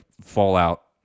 Fallout